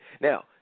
Now